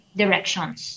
directions